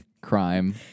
crime